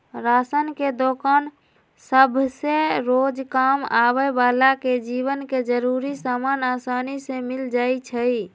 ration के दोकान सभसे रोजकाम आबय बला के जीवन के जरूरी समान असानी से मिल जाइ छइ